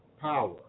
power